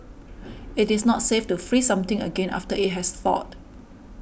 it is not safe to freeze something again after it has thawed